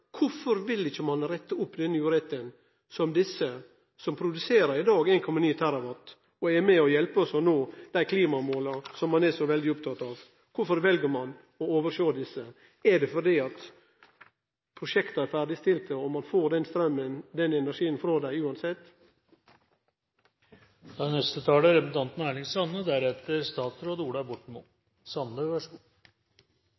Korfor vil ikkje ein rette opp denne uretten? Desse som i dag produserer 1,9 TWh, er med på å hjelpe oss og nå dei klimamåla som ein er så veldig opptatt av. Korfor vel ein å oversjå desse? Er det fordi prosjekta er ferdigstilte, og at ein får den straumen eller energien frå dei uansett?